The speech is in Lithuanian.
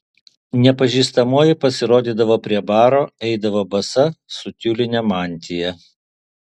nepažįstamoji pasirodydavo prie baro eidavo basa su tiuline mantija